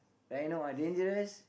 rhino are dangerous